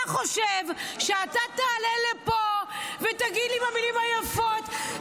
אתה חושב שאתה תעלה לפה ותגיד לי במילים היפות: